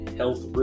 health